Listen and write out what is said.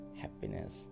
happiness